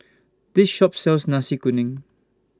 This Shop sells Nasi Kuning